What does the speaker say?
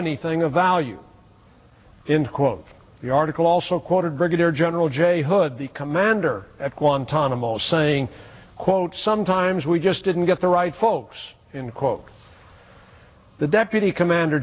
anything of value in quote the article also quoted brigadier general jay hood the commander at guantanamo saying quote sometimes we just didn't get the right folks in quote the deputy commander